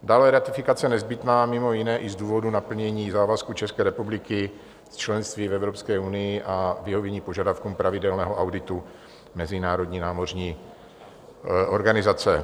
Dále je ratifikace nezbytná mimo jiné i z důvodu naplnění závazků České republiky z členství v Evropské unii a vyhovění požadavkům pravidelného auditu Mezinárodní námořní organizace.